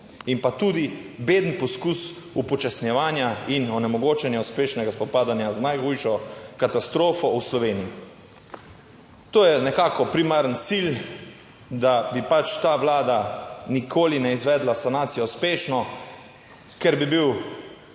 In pa tudi beden poskus upočasnjevanja in onemogočanja uspešnega spopadanja z najhujšo katastrofo v Sloveniji. To je nekako primarni cilj, da bi pač ta Vlada nikoli ne izvedla sanacije uspešno, ker bi bil,